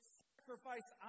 sacrifice